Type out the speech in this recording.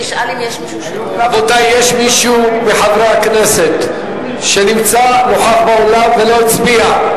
יש מישהו מחברי הכנסת שנוכח באולם ולא הצביע?